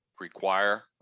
require